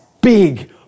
big